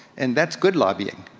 and that's good lobbying.